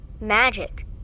Magic